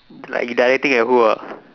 like you directing at who ah